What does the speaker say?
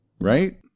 Right